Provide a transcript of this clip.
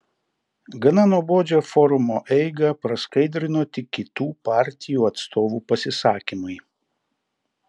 gana nuobodžią forumo eigą praskaidrino tik kitų partijų atstovų pasisakymai